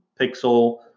pixel